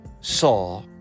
saw